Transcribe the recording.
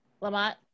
Lamont